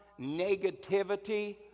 negativity